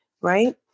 right